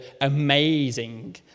amazing